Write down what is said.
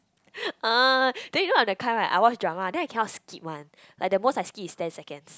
oh then you know I'm the kind right I watch drama then I cannot skip [one] like the most I skip is ten seconds